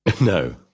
No